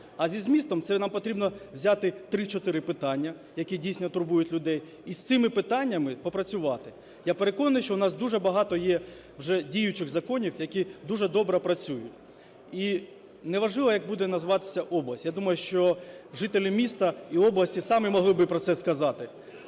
А зі змістом - це нам потрібно взяти 3-4 питання, які дійсно турбують людей, і з цими питаннями попрацювати. Я переконаний, що в нас дуже багато є вже діючих законів, які дуже добре працюють. І не важливо як буде називатися область, я думаю, що жителі міста і області самі могли би про це сказати,